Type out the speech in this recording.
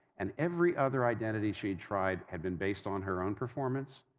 and every other identity she had tried had been based on her own performance,